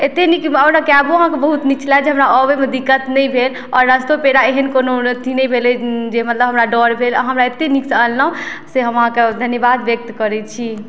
अतेक नीक आओर कैबो अहाँके बहुत नीक छलै जे हमरा अबैमे दिक्कत नहि भेल आओर रस्तो पेरा एहेन कोनो अथी नहि भेलै जे मतलब हमरा डर भेल अहाँ हमरा अत्ते नीक से आनलौँ से हम अहाँके धन्यवाद वयक्त करै छी